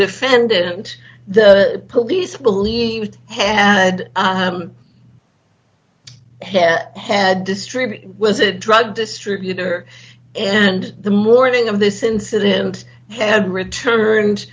codefendant the police believed had had distributed was a drug distributor and the morning of this incident had returned